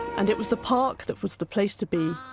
and it was the park that was the place to be,